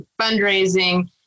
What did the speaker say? fundraising